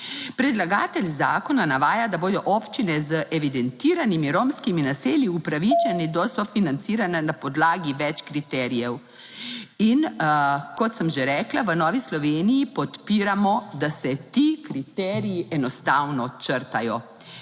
Predlagatelj zakona navaja, da bodo občine z evidentiranimi romskimi naselji upravičene do sofinanciranja na podlagi več kriterijev. In kot sem že rekla, v Novi Sloveniji podpiramo, da se ti kriteriji enostavno črtajo.